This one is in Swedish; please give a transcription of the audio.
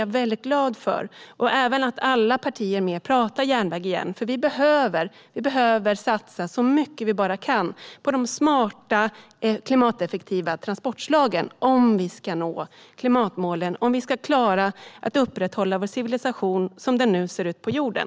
Jag är även glad för att alla partier nu pratar järnväg igen, för vi behöver satsa så mycket vi bara kan på de smarta, klimateffektiva transportslagen om vi ska nå klimatmålen och om vi ska klara att upprätthålla vår civilisation som den nu ser ut på jorden.